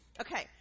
Okay